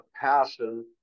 passion